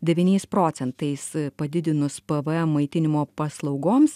devyniais procentais padidinus pvm maitinimo paslaugoms